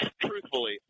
truthfully